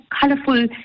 colorful